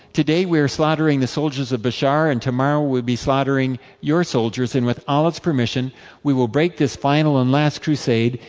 today we are slaughtering the soldiers of bashar, and tomorrow we will be slaughtering your soldiers and with allah's permission we will break this final and last crusade,